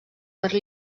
per